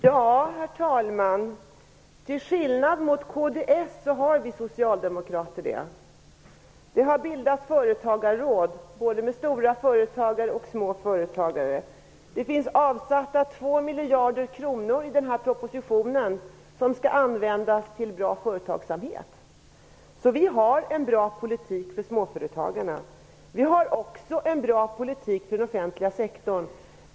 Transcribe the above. Herr talman! Ja, till skillnad mot kds har vi socialdemokrater det. Vi har bildat företagarråd både med stora företagare och småföretagare. Det finns avsatt 2 miljarder kronor i denna proposition som skall användas till bra företagssatsningar. Vi har en bra politik för småföretagarna. Vi har också en bra politik för den offentliga sektorn.